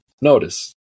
Notice